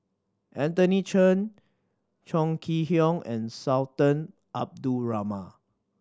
Anthony Chen Chong Kee Hiong and Sultan Abdul Rahman